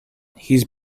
his